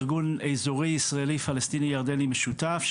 ארגון אזורי ישראלי פלסטיני ירדני משותף,